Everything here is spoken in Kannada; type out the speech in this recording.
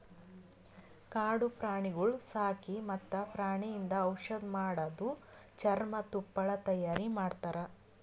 ಕಾಡು ಪ್ರಾಣಿಗೊಳ್ ಸಾಕಿ ಮತ್ತ್ ಪ್ರಾಣಿಯಿಂದ್ ಔಷಧ್ ಮಾಡದು, ಚರ್ಮ, ತುಪ್ಪಳ ತೈಯಾರಿ ಮಾಡ್ತಾರ